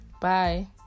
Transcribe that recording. Bye